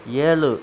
ஏழு